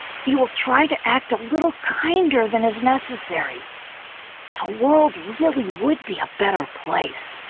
you will try to act a little kinder than is necessary the world really would be a better place.